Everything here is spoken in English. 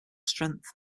strength